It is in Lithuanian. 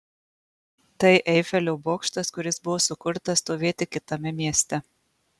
tai eifelio bokštas kuris buvo sukurtas stovėti kitame mieste